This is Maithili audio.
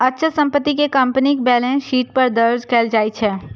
अचल संपत्ति कें कंपनीक बैलेंस शीट पर दर्ज कैल जाइ छै